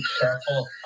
careful